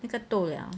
那个 toh liao